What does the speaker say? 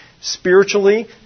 Spiritually